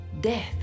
death